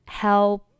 help